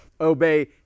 obey